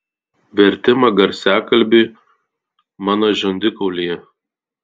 vertimą garsiakalbiui mano žandikaulyje